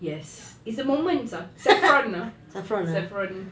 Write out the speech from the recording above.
yes it's the moments ah saffron ah saffron